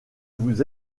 vous